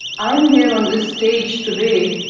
i'm here on this stage today,